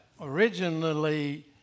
originally